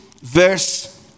verse